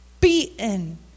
beaten